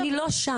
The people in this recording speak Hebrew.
אני לא שם.